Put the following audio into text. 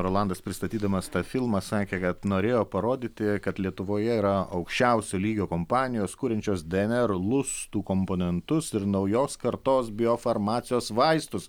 rolandas pristatydamas tą filmą sakė kad norėjo parodyti kad lietuvoje yra aukščiausio lygio kompanijos kuriančios dnr lustų komponentus ir naujos kartos biofarmacijos vaistus